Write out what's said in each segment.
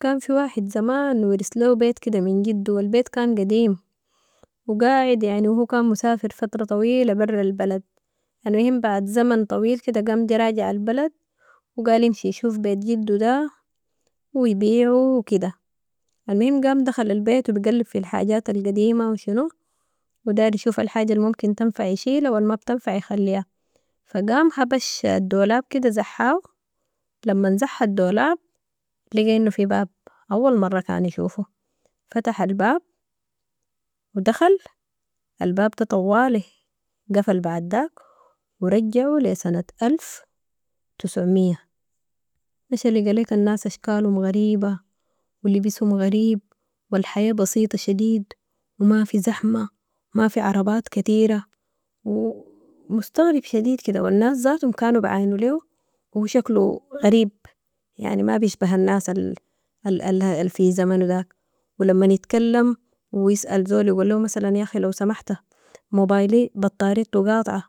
كان في واحد زمان ورث ليهو بيت كده من جدو والبيت كان قديم وقاعد يعني وهو كان مسافر فترة طويلة برا البلد، المهم بعد زمن طويل كده قام جه راجع البلد وقال يمشي يشوف بيت جدو ده ويبيعو وكده، المهم قام دخل البيت وبيقلب في الحاجات القديمة وشنو وداير يشوف الحاجة الممكن تنفع يشيلها والما بتنفع يخليها، فقام هبش الدولاب كده زحاو، لمن زح الدولاب لقى انو في باب، اول مرة كان يشوفو، فتح الباب ودخل، الباب ده طوالي قفل بعد داك، ورجعوا لسنة الف و تسعمية، مشى لقى ليك الناس اشكالهم غريبة ولبسهم غريب والحياة بسيطة شديد وما في زحمة ما في عربات كتيرة ومستغرب شديد كده والناس ذاتهم كانوا بعينو ليهو و شكلو غريب يعني ما بيشبه الناس الفي زمنو داك ولما يتكلم ويسأل زول وقال ليهو مثلا يا اخي لو سمحت موبايلي بطارتو قاطعة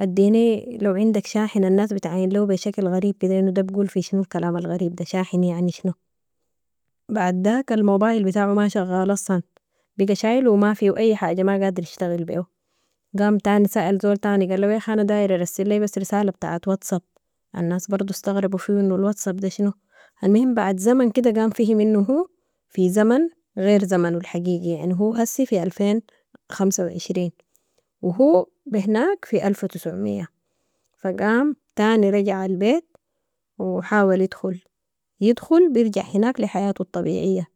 اديني لو عندك شاحن، الناس بتعاين ليهو بي شكل غريب كده انو ده بقول في شنو الكلام الغريب ده، شاحن يعني شنو، بعد داك الموبايل بتاعو ما شغال اصلاً بقى شايلو و ما فيهو اي حاجة ما قادر يشتغل بيهو، قام تاني سأل زول تاني قال ليهو ياخي انا داير ارسل لي بس رسالة بتاعة واتساب، الناس برضو استغربوا فيهو انو الواتساب ده شنو، المهم بعد زمن كده قام فهم انو هو في زمن غير زمنو الحقيقي يعني هو هسي في الفين و خمسة و عشرين و هو بهناك في الف وتسعمية. فقام تاني رجع البيت وحاول يدخل، يدخل بيرجع هناك لحياتو الطبيعية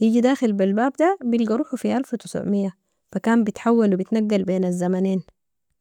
يجي داخل بالباب ده بيلقى روحو في الف وتسعمية فكان بتحول وبتنقل بين الزمنين.